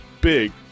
big